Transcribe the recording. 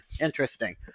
Interesting